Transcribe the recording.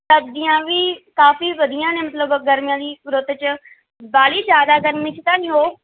ਸਬਜ਼ੀਆਂ ਵੀ ਕਾਫੀ ਵਧੀਆ ਨੇ ਮਤਲਬ ਗਰਮੀਆਂ ਦੀ ਰੁੱਤ 'ਚ ਬਾਹਲੀ ਜਿਆਦਾ ਗਰਮੀ 'ਚ ਤਾਂ ਨਹੀਂ ਉਹ